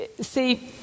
see